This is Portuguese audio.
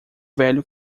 velho